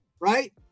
Right